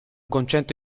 concetto